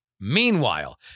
Meanwhile